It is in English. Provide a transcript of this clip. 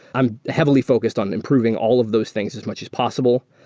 i'm heavily focused on improving all of those things as much as possible.